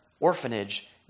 orphanage